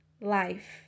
life